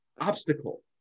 obstacle